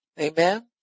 Amen